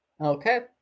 Okay